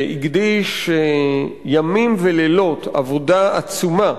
שהקדיש ימים ולילות, עבודה עצומה,